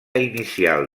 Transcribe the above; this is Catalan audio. inicial